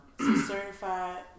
Certified